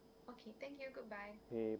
okay